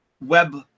web